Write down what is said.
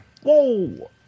Whoa